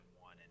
one